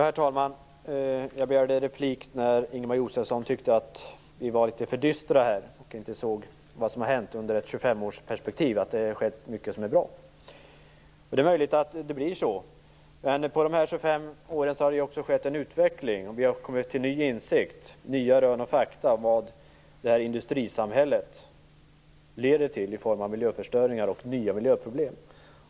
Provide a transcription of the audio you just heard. Herr talman! Jag begärde replik när Ingemar Josefsson tyckte att vi är litet för dystra och att vi inte ser att det ur ett tjugofemårsperspektiv har skett mycket som är bra. Det är möjligt att det blir så. Men under de här 25 åren har det också skett en utveckling och vi har kommit till ny insikt genom nya råd och fakta om vad det här industrisamhället leder till i form av miljöförstöring och nya miljöproblem.